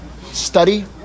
Study